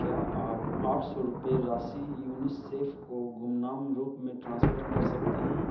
क्या आप आठ सौ रुपेय राशि यूनिसेफ़ को गुमनाम रूप में ट्रांसफर कर सकते हैं